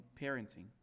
parenting